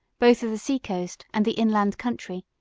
both of the sea-coast and the inland country,